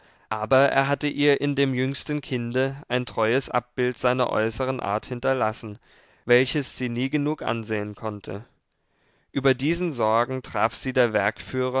aber er hatte ihr in dem jüngsten kinde ein treues abbild seiner äußeren art hinterlassen welches sie nie genug ansehen konnte über diesen sorgen traf sie der